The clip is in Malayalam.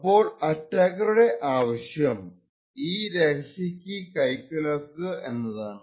അപ്പോൾ അറ്റാക്കറുടെ ആവശ്യം ഈ രഹസ്യ കീ കൈക്കലാക്കുക എന്നതാണ്